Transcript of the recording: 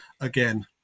again